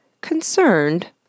concerned